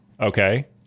Okay